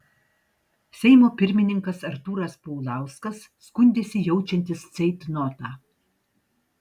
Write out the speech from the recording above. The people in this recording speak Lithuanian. seimo pirmininkas artūras paulauskas skundėsi jaučiantis ceitnotą